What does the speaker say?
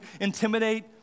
intimidate